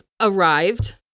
arrived